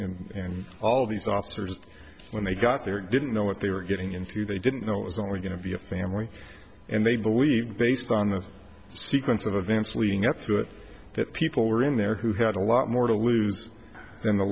warrant and all these officers when they got there didn't know what they were getting into they didn't know it was only going to be a family and they believed based on the sequence of events leading up to it that people were in there who had a lot more to lose than the